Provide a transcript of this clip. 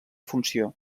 funció